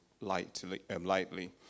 lightly